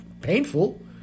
painful